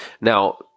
now